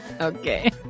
Okay